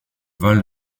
val